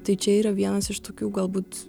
tai čia yra vienas iš tokių galbūt